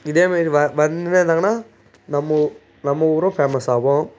இதேமாதிரி வந்துன்னேருந்தாங்கன்னா நம்ம நம்ம ஊரும் ஃபேமஸ் ஆகும்